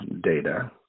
data